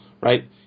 right